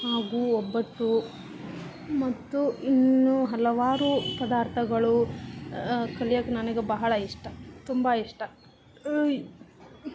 ಹಾಗೂ ಒಬ್ಬಟ್ಟು ಮತ್ತು ಇನ್ನೂ ಹಲವಾರು ಪದಾರ್ಥಗಳು ಕಲಿಯೋಕೆ ನನ್ಗೆ ಬಹಳ ಇಷ್ಟ ತುಂಬ ಇಷ್ಟ